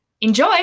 enjoy